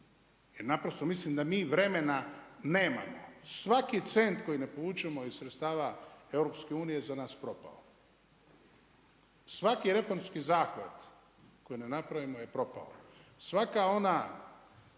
Jer naprosto, mislim da mi vremena nemamo. Svaki cent koji ne povučemo iz sredstava EU, za nas je propao. Svaki reformski zahvat koji ne napravimo je propao. Svaka ona